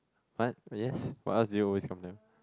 what yes what else do you always complain